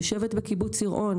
היא יושבת בקיבוץ יראון,